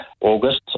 August